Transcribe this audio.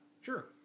Sure